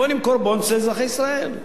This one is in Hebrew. בוא נמכור "בונדס" לאזרחי ישראל.